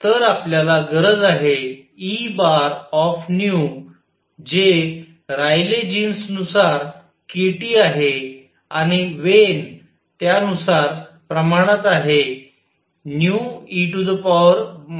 तर आपल्याला गरज आहे E जे रायले जीन्स नुसार k T आहे आणि वेन त्यानुसार प्रमाणात आहे e βνkT